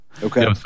Okay